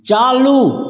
चालू